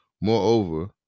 moreover